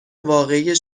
واقعی